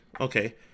Okay